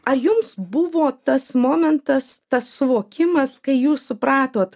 ar jums buvo tas momentas tas suvokimas kai jūs supratot